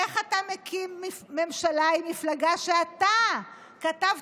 איך אתה מקים ממשלה עם מפלגה שאתה כתבת